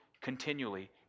continually